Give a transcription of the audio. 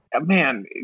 man